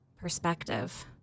perspective